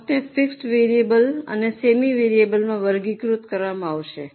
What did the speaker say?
કોસ્ટને fixed variable અને semi વેરિયેબલમાં વર્ગીકૃત કરવામાં આવશે